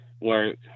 work